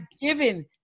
given